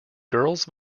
girls